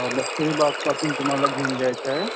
हो लष्करी बागपासून तुम्हाला घेऊन जायचं आहे